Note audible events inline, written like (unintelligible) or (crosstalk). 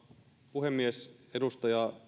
puhemies edustaja (unintelligible)